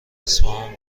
اصفهان